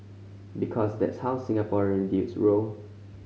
because that's how Singaporean dudes roll